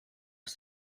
els